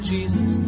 Jesus